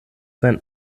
sein